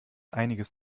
einiges